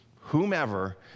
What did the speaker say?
whomever